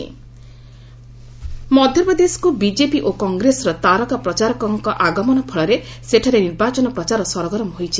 MP election ମଧ୍ୟପ୍ରଦେଶକୁ BJP ଓ କଂଗ୍ରେସର ତାରକା ପ୍ରଚାରକ ଙ୍କ ଆଗମନ ଫଳରେ ସେଠାରେ ନିର୍ବାଚନ ପ୍ରଚାର ସରଗରମ ହୋଇଛି